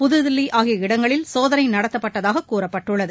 புத்தில்லி ஆகிய இங்களில் சோதனை நடத்தப்பட்டதாக கூறப்பட்டுள்ளது